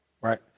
Right